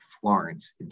Florence